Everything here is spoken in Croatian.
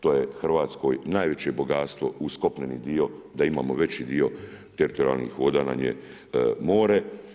To je Hrvatskoj najveće bogatstvo uz kopneni dio da imamo veći dio teritorijalnih voda nam je more.